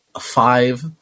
five